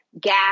gas